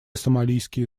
сомалийские